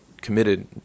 committed